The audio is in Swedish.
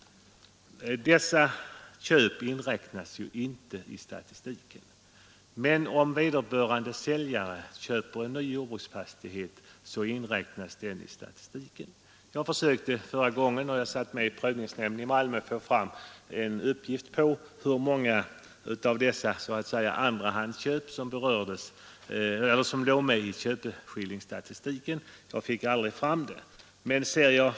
Dessa köp medtas inte i statistiken. Men om vederbörande säljare köper en ny jordbruksfastighet, så medtas det i statistiken. Jag försökte då jag satt med i prövningsnämnden i Malmö att få fram uppgifter om hur många av dessa så att säga andrahandsköp som var med i köpeskillingsstatistiken, men jag fick aldrig fram någon sådan.